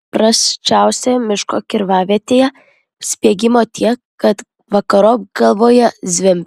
paprasčiausioje miško kirtavietėje spiegimo tiek kad vakarop galvoje zvimbia